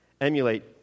emulate